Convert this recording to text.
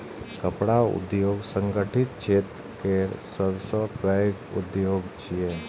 कपड़ा उद्योग संगठित क्षेत्र केर सबसं पैघ उद्योग छियै